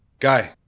Guy